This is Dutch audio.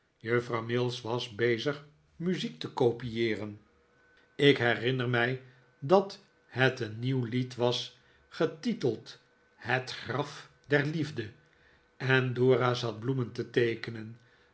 juffrouw mills was bezig muziek te kopieeren ik herinner mij dat het een nieuw lied was getiteld het graf der liefde en dora zat bloemen te teekenen